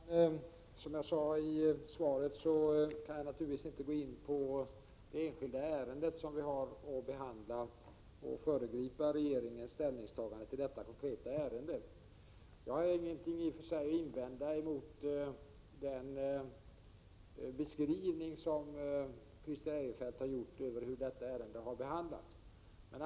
Herr talman! Som jag sade i svaret kan jag naturligtvis inte gå in på det enskilda ärende som vi har att behandla och därmed föregripa regeringens ställningstagande i det konkreta ärendet. Jag har i och för sig ingenting att invända mot den beskrivning som Christer Eirefelt har gjort av hur detta ärende har behandlats.